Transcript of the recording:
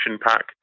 pack